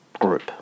Group